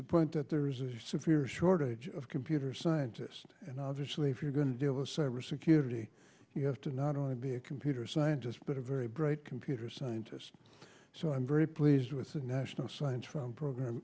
the point that there is a severe shortage of computer scientist and obviously if you're going to do a service security you have to not only be a computer scientist but a very bright computer scientist so i'm very pleased with the national science from program